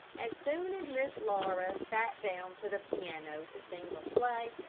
as soon as miss laura sat down to the piano to sing or play,